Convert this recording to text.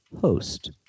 host